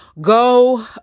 Go